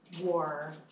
war